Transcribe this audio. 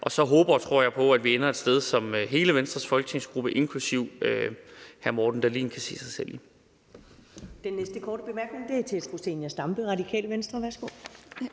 Og så håber og tror jeg på, at vi ender et sted, som hele Venstres folketingsgruppe, inklusive hr. Morten Dahlin, kan se sig selv i.